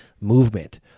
movement